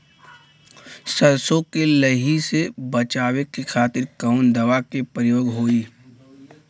सरसो के लही से बचावे के खातिर कवन दवा के प्रयोग होई?